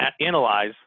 analyze